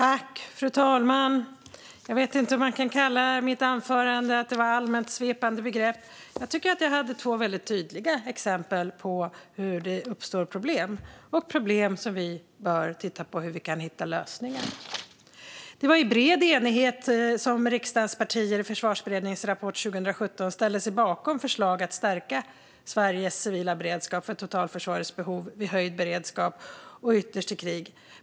Fru talman! Jag vet inte om man kan kalla mitt anförande för att vara allmänt svepande. Jag tycker att jag gav två väldigt tydliga exempel på hur det uppstår problem. Det är problem som vi bör titta på för att hitta lösningar. Det var i bred enighet som riksdagens partier i Försvarsberedningens rapport 2017 ställde sig bakom förslag att stärka Sveriges civila beredskap för totalförsvarets behov vid höjd beredskap och ytterst i krig.